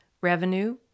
revenue